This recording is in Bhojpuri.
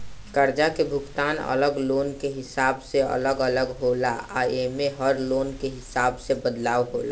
कर्जा के भुगतान अलग लोन के हिसाब से अलग अलग होला आ एमे में हर लोन के हिसाब से बदलाव होला